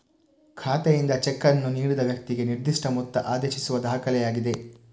ಖಾತೆಯಿಂದ ಚೆಕ್ ಅನ್ನು ನೀಡಿದ ವ್ಯಕ್ತಿಗೆ ನಿರ್ದಿಷ್ಟ ಮೊತ್ತ ಆದೇಶಿಸುವ ದಾಖಲೆಯಾಗಿದೆ